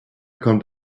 kommt